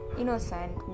innocent